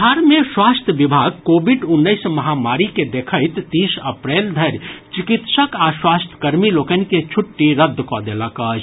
बिहार मे स्वास्थ्य विभाग कोविड उन्नैस महामारी के देखैत तीस अप्रैल धरि चिकित्सक आ स्वास्थ्यकर्मी लोकनि के छुट्टी रद्द कऽ देलक अछि